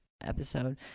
episode